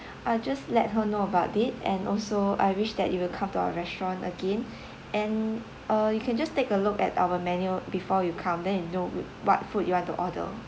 I'll just let her know about it and also I wish that you will come to our restaurant again and uh you can just take a look at our menu before you come then you know what food you want to order